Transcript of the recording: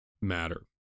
matter